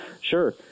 Sure